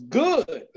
good